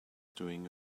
doing